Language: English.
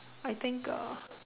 I think uh